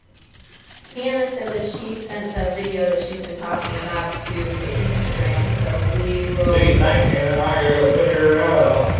hanna said that she sent the video that she's been talking about to the instagram so we will hey thanks hanna and i gotta go figure it out